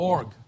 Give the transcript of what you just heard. Org